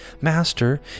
Master